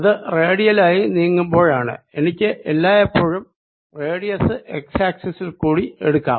അത് റേഡിയല്ലായി നീങ്ങുമ്പോഴാണ് എനിക്ക് എല്ലായെപ്പോഴും റേഡിയസ് x ആക്സിസിൽകൂടി എടുക്കാം